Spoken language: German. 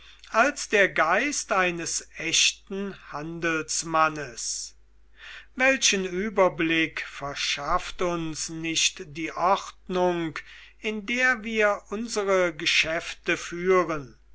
als der geist eines echten handelsmannes welchen überblick verschafft uns nicht die ordnung in der wir unsere geschäfte führen